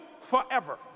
forever